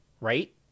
Right